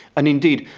and indeed,